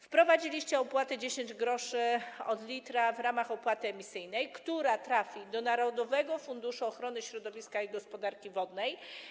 Wprowadziliście opłatę 10 gr od litra w ramach opłaty emisyjnej, która trafi do Narodowego Funduszu Ochrony Środowiska i Gospodarki Wodnej.